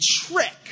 trick